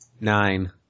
Nine